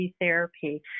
therapy